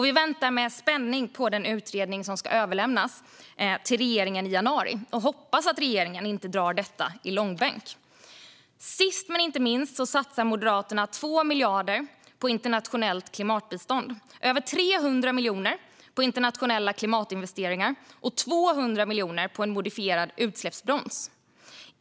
Vi väntar med spänning på den utredning som ska överlämnas till regeringen i januari och hoppas att regeringen inte drar detta i långbänk. Sist men inte minst satsar Moderaterna 2 miljarder på internationellt klimatbistånd, över 300 miljoner på internationella klimatinvesteringar och 200 miljoner på en modifierad utsläppsbroms.